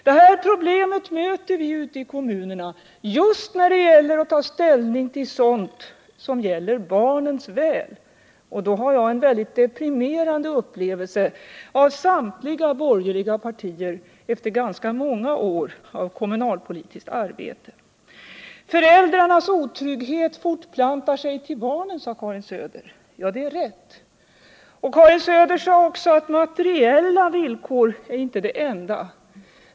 Det här problemet möter vi ute i kommunerna just när det gäller att ta ställning till sådant som rör barnens väl, och då har jag en väldigt deprimerande upplevelse av samtliga borgerliga partier efter ganska många års kommunalpolitiskt arbete. Föräldrarnas otrygghet fortplantar sig till barnen, sade Karin Söder. Ja, det är riktigt. Karin Söder sade också att materiella villkor är inte det enda.